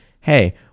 hey